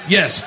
Yes